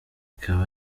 ikaba